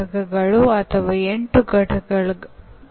ಕಲಿಕೆಯನ್ನು ಹಲವಾರು ದೃಷ್ಟಿಕೋನಗಳಿಂದ ವ್ಯಾಖ್ಯಾನಿಸಬಹುದು